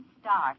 start